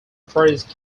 first